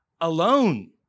alone